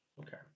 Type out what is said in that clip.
Okay